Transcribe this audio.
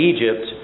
Egypt